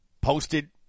posted